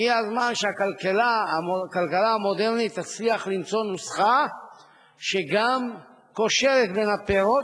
הגיע הזמן שהכלכלה המודרנית תצליח למצוא נוסחה שקושרת בין הפירות,